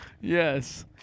Yes